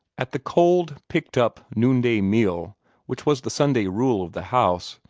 at the cold, picked-up noonday meal which was the sunday rule of the house,